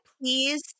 please –